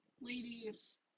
ladies